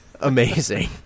amazing